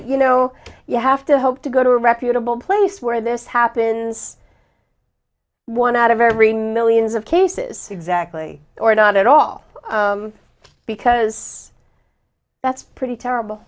you know you have to hope to go to a reputable place where this happens one out of every millions of cases exactly or not at all because that's pretty terrible